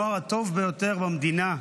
הנוער הטוב ביותר במדינה,